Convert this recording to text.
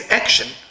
action